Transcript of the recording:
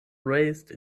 raised